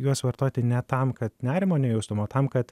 juos vartoti ne tam kad nerimo nejaustum o tam kad